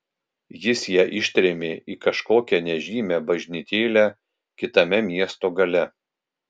jis ją ištrėmė į kažkokią nežymią bažnytėlę kitame miesto gale